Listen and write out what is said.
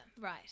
right